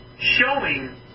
showing